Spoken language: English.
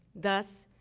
thus,